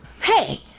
Hey